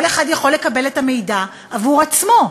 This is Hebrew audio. כל אחד יכול לקבל את המידע עבור עצמו,